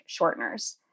shorteners